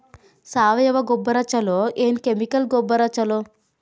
ಸಾವಯವ ಗೊಬ್ಬರ ಛಲೋ ಏನ್ ಕೆಮಿಕಲ್ ಗೊಬ್ಬರ ಛಲೋ?